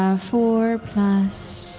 ah four plus